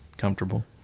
comfortable